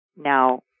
now